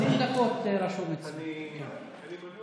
אני מנוע